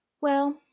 Well